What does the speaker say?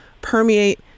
permeate